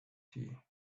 tea